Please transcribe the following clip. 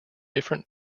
different